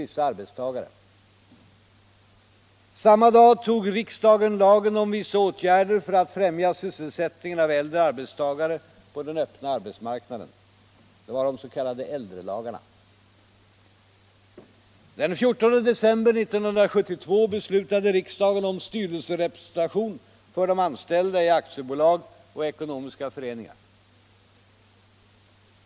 Samma dag tog riksdagen lagen om vissa åtgärder för att främja sysselsättningen av äldre arbetstagare på den öppna arbetsmarknaden. Det var de s.k. äldrelagarna.